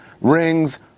rings